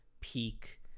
peak